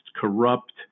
corrupt